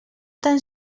tan